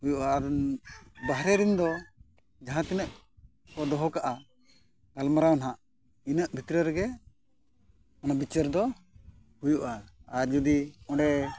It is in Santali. ᱦᱩᱭᱩᱜᱼᱟ ᱟᱨ ᱵᱟᱦᱨᱮ ᱨᱮᱱ ᱫᱚ ᱡᱟᱦᱟᱸ ᱛᱤᱱᱟᱹᱜ ᱠᱚ ᱫᱚᱦᱚ ᱠᱟᱜᱼᱟ ᱜᱟᱞᱢᱟᱨᱟᱣ ᱦᱟᱸᱜ ᱤᱱᱟᱹᱜ ᱵᱷᱤᱛᱨᱤ ᱨᱮᱜᱮ ᱚᱱᱟ ᱵᱤᱪᱟᱹᱨ ᱫᱚ ᱦᱩᱭᱩᱜᱼᱟ ᱟᱨ ᱡᱩᱫᱤ ᱚᱸᱰᱮ